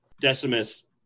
Decimus